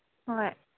ꯍꯣꯏ